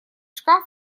шкаф